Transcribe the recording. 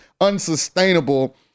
unsustainable